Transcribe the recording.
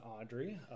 audrey